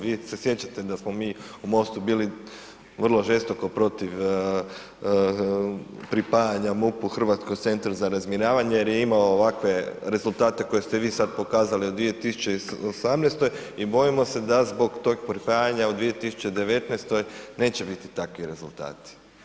Vi se sjećate da smo mi u MOST-u bili vrlo žestoko protiv pripajanja MUP-u Hrvatski centar za razminiravanje jer je imao ovakve rezultate koje ste vi sad pokazali u 2018. i bojimo se da zbog tog pripajanja u 2019. neće biti takvi rezultati.